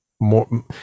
more